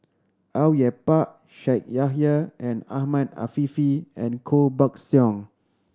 Au Yue Pak Shaikh Yahya and Ahmed Afifi and Koh Buck Song